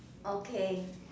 okay